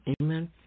Amen